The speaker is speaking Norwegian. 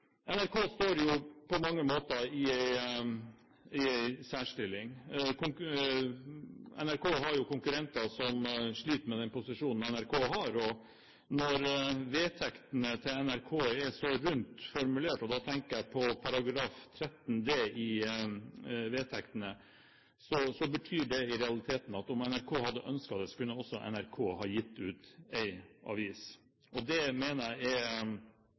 NRK står på mange måter i en særstilling. NRK har jo konkurrenter som sliter med den posisjonen NRK har. Og når vedtektene til NRK er så rundt formulert – og da tenker jeg på § 13d i vedtektene – betyr det i realiteten at om NRK hadde ønsket det, så kunne også NRK ha gitt ut en avis. Det mener jeg er